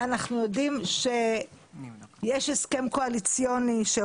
אנחנו יודעים שיש הסכם קואליציוני שלצורך העניין